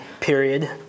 period